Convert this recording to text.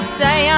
say